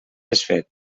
desfet